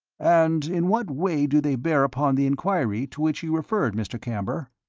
and in what way do they bear upon the enquiry to which you referred, mr. camber?